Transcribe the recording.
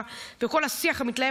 צריך לומר,